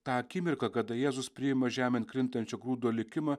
tą akimirką kada jėzus priima žemėn krintančio grūdo likimą